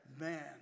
man